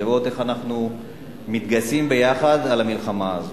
לראות איך אנחנו מתגייסים ביחד במלחמה הזאת,